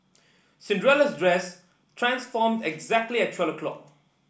Cinderella's dress transformed exactly at twelve o'clock